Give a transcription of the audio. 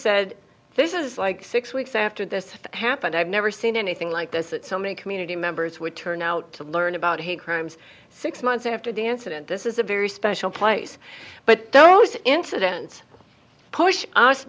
said this is like six weeks after this happened i've never seen anything like this that so many community members would turn out to learn about hate crimes six months after the incident this is a very special place but those incidents push us